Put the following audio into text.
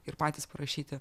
ir patys parašyti